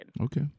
Okay